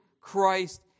Christ